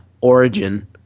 origin